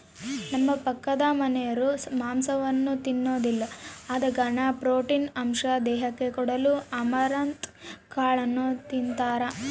ನಮ್ಮ ಪಕ್ಕದಮನೆರು ಮಾಂಸವನ್ನ ತಿನ್ನೊದಿಲ್ಲ ಆದ ಕಾರಣ ಪ್ರೋಟೀನ್ ಅಂಶ ದೇಹಕ್ಕೆ ಕೊಡಲು ಅಮರಂತ್ ಕಾಳನ್ನು ತಿಂತಾರ